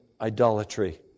idolatry